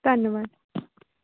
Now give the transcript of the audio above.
ਧੰਨਵਾਦ